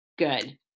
Good